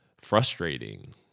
frustrating